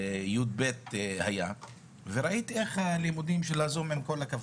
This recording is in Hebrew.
י"ב וראיתי איך הלימודים של הזום, עם כל הכבוד.